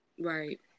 Right